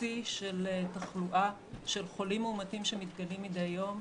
שיא של תחלואה, של חולים מאומתים שמתגלים מדי יום.